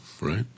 right